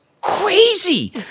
crazy